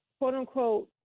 quote-unquote